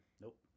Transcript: Nope